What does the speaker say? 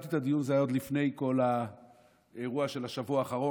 כשיזמתי את הדיון זה היה עוד לפני כל האירוע של השבוע האחרון,